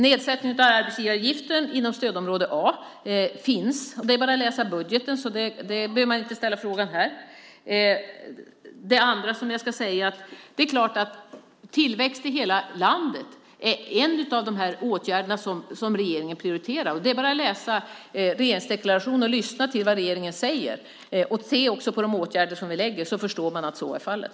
Nedsättningen av arbetsgivaravgiften inom stödområde A finns. Det är bara att läsa budgeten, så den frågan behöver man inte ställa här. Det är klart att tillväxt i hela landet är en av de saker som regeringen prioriterar. Det är bara att läsa regeringsdeklarationen och lyssna till vad regeringen säger och också se på de åtgärder som vi lägger fram. Då förstår man att så är fallet.